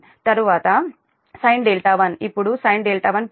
357 తరువాత sin1 ఇప్పుడు sin1 0